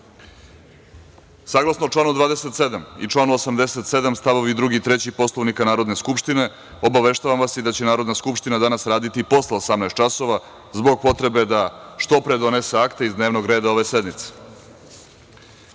članu 27. i članu 87. st. 2. i 3. Poslovnika Narodne skupštine, obaveštavam vas da će Narodna skupština danas raditi i posle 18.00 časova, zbog potrebe da što pre donese akte iz dnevnog reda ove